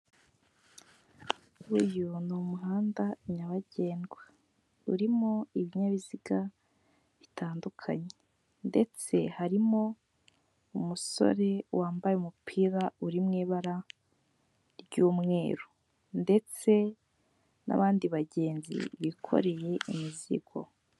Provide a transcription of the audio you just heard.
Uyu ni umuhanda nyabagendwa, urimo ibinyabiziga bitandukanye ndetse harimo umusore wambaye umupira uri mu ibara ry'umweru ndetse n'abandi bagenzi bikoreye imizigo.